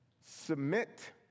Submit